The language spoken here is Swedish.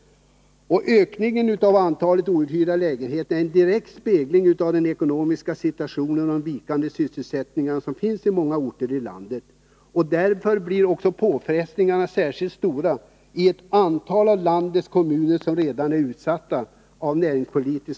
Ökningen av antalet outhyrda lägenheter är en direkt spegling av den ekonomiska situationen och den vikande sysselsättningen på många orter i landet. Därmed blir påfrestningarna särskilt stora i de av landets kommuner som redan tidigare regionalpolitik.